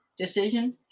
Decision